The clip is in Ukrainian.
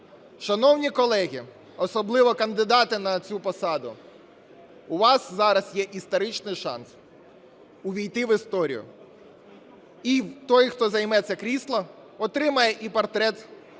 Шановні колеги, особливо кандидати на цю посаду, у вас зараз є історичний шанс увійти в історію. І той, хто займе це крісло, отримає і портрет в